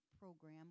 program